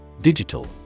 Digital